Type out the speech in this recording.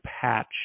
patch